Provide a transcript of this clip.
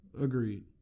Agreed